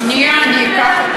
לא לצרוח,